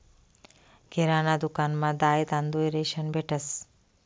किराणा दुकानमा दाय, तांदूय, रेशन भेटंस